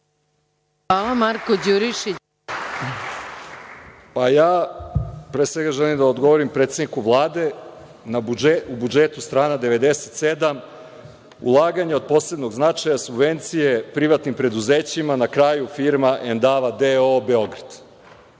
Pre svega želim da odgovorim predsedniku Vlade, u budžetu, strana 97. - ulaganja od posebnog značaja, subvencije privatnim preduzećima, na kraju firma Endava D.O.O. Beograd.